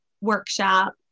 workshop